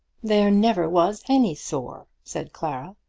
there never was any sore, said clara.